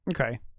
Okay